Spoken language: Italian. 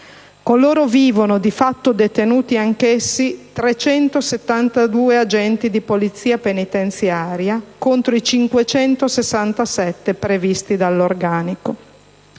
Con loro vivono, di fatto "detenuti" anch'essi, 372 agenti di polizia penitenziaria, contro i 567 previsti dall' organico.